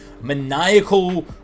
maniacal